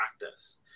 practice